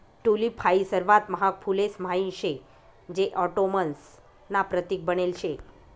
tulip हाई सर्वात महाग फुलेस म्हाईन शे जे ऑटोमन्स ना प्रतीक बनेल शे